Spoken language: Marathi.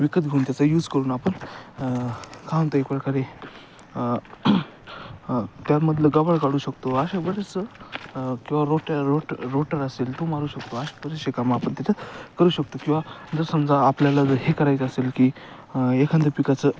विकत घेऊन त्याचा यूज करून आपण काय म्हणतो एक प्रकारे त्यामधलं गवाळ काढू शकतो अशा बरेच किंवा रोट रोट रोटर असेल तो मारू शकतो असे बरेचसे काम आपण त्याच्यात करू शकतो किंवा जर समजा आपल्याला जर हे करायचं असेल की एखाद्या पिकाचं